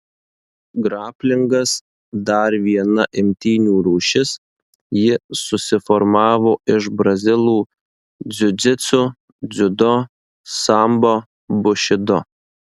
graplingas dar viena imtynių rūšis ji susiformavo iš brazilų džiudžitsu dziudo sambo bušido